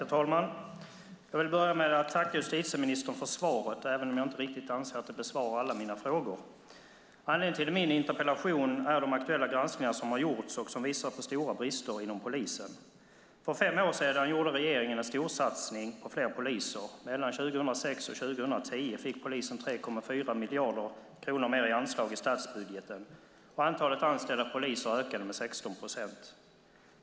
Herr talman! Jag vill börja med att tacka justitieministern för svaret även om jag inte riktigt anser att det besvarar alla mina frågor. Anledningen till min interpellation är de aktuella granskningar som har gjorts och som visar på stora brister inom polisen. För fem år sedan gjorde regeringen en storsatsning på fler poliser. Mellan 2006 och 2010 fick polisen 3,4 miljarder kronor mer i anslag i statsbudgeten, och antalet anställda poliser ökade med 16 procent.